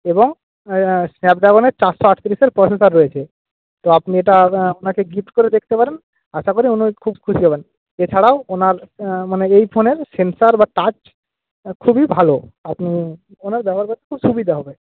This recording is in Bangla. এবং স্ন্যাপড্রাগনের চারশো আটচল্লিশের প্রসেসার রয়েছে তো আপনি এটা ওনাকে গিফট করে দেখতে পারেন আশা করি উনি খুব খুশি হবেন এছাড়াও ওনার মানে এই ফোনের সেন্সর বা টাচ খুবই ভালো ওনার ব্যবহার করতেও সুবিধা হবে